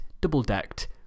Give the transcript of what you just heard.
double-decked